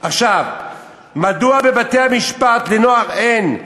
מדוע בבתי-המשפט לנוער אין?